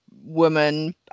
woman